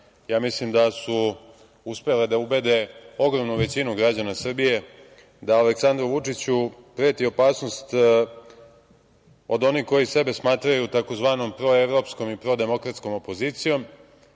mislim da su uspele da ubede ogromnu većinu građana Srbije da Aleksandru Vučiću preti opasnost od onih koji sebe smatraju tzv. proevropskom i prodemokratskom opozicijom.